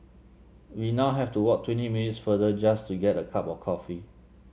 we now have to walk twenty minutes further just to get a cup of coffee